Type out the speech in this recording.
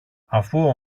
αφού